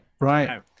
right